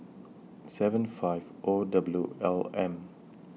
seven five O W L M